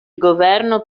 governo